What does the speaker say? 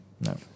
No